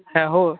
ଏ ହୋ